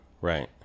Right